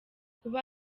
kuba